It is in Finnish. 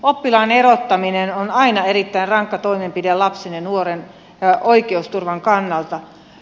oppilaan erottaminen on aina erittäin rankka toimenpide lapsen ja nuoren oikeusturvan kannalta